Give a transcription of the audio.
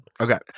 Okay